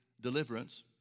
deliverance